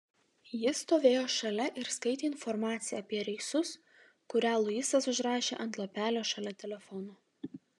ji stovėjo šalia ir skaitė informaciją apie reisus kurią luisas užrašė ant lapelio šalia telefono